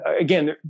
again